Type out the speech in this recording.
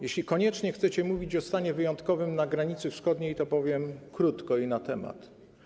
Jeśli koniecznie chcecie mówić o stanie wyjątkowym na granicy wschodniej, to powiem krótko i na temat.